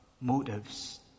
motives